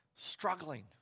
Struggling